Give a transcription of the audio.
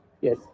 Yes